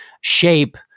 shape